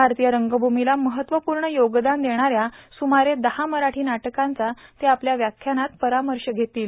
भारतीय रंगभूमीला महत्वपूर्ण योगदान देणाऱ्या सुमारे दहा मराठी नाटकांचा ते आपल्या व्याख्यानात परामर्श घेतील